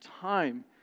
time